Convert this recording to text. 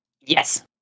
Yes